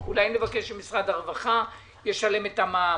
אולי נבקש שמשרד הרווחה ישלם את המע"מ.